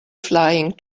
flying